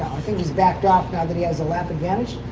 think he's backed off now that he has a lap advantage.